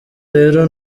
rero